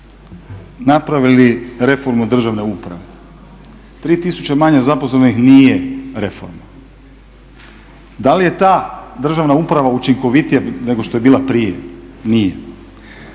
napravili reformu državne uprave? 3000 manje zaposlenih nije reforma. Da li je ta državna uprava učinkovitija nego što je bila prije? Nije.